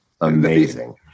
amazing